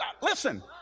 Listen